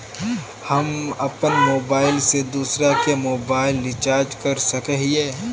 हम अपन मोबाईल से दूसरा के मोबाईल रिचार्ज कर सके हिये?